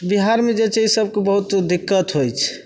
बिहारमे जे छै ई सबके बहुत दिक्कत होइत छै